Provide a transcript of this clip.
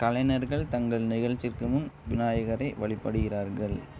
கலைஞர்கள் தங்கள் நிகழ்ச்சிக்கு முன் விநாயகரை வழிபடுகிறார்கள்